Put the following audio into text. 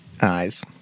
eyes